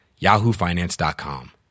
yahoofinance.com